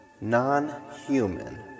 Non-human